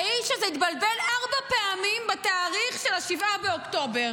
האיש הזה התבלבל ארבע פעמים בתאריך של 7 באוקטובר.